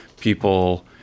people